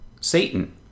Satan